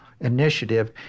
initiative